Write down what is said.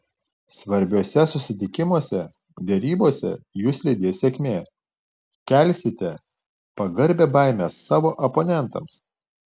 svarbiuose susitikimuose derybose jus lydės sėkmė kelsite pagarbią baimę savo oponentams